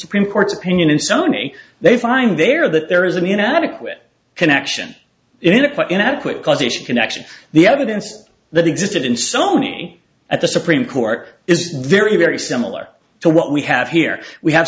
supreme court's opinion in sony they find there that there is an inadequate connection in a inadequate causation connection the evidence that existed in sony at the supreme court is very very similar to what we have here we have